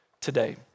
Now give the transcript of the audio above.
today